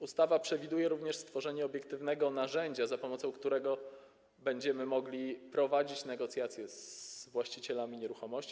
Ustawa przewiduje również stworzenie obiektywnego narzędzia, za pomocą którego będziemy mogli prowadzić negocjacje z właścicielami nieruchomości.